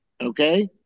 okay